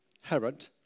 Herod